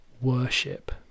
worship